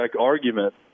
argument